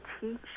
teach